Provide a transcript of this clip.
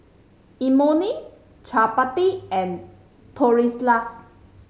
Imoni Chapati and Tortillas